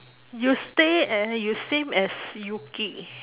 you stay a~ you same as yuki